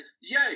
Yay